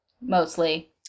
mostly